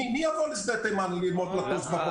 מי יבוא לשדה תימן ללמוד לטוס?